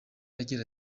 agira